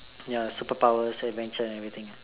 ya superpowers adventure and everything ah